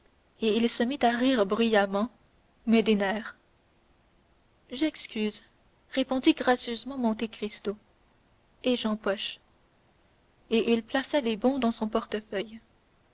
et il se mit à rire bruyamment mais des nerfs j'excuse répondit gracieusement monte cristo et j'empoche et il plaça les bons dans son portefeuille